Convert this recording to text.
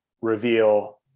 reveal